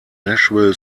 nashville